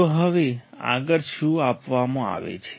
તો હવે આગળ શું આપવામાં આવે છે